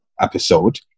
episode